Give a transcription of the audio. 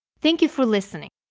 thank you for listening!